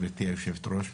גברתי היושבת-ראש,